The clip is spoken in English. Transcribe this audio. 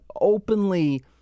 openly